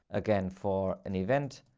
again for an event.